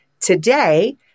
Today